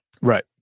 Right